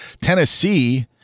Tennessee